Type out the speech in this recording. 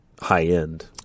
high-end